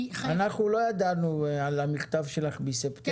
אנחנו לא ידענו על המכתב שלך מספטמבר.